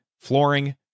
flooring